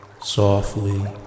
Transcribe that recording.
softly